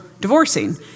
divorcing